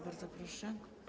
Bardzo proszę.